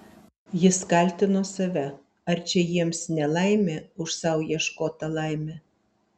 jis kaltino save ar čia jiems nelaimė už sau ieškotą laimę